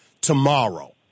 tomorrow